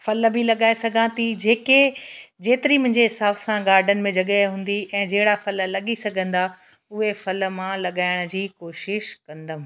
फल बि लॻाए सघां थी जेके जेतिरी मुंहिंजे हिसाब सां गार्डन में जॻहि हूंदी ऐं जहिड़ा फल लॻी सघंदा उहे फल मां लॻाइण जी कोशिशि कंदमि